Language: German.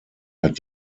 hat